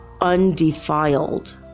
undefiled